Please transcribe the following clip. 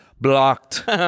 Blocked